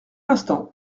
instant